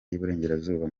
y’iburengerazuba